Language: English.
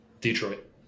Detroit